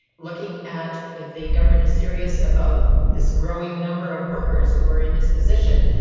looking at if the government is serious about this growing number of workers who are in this position,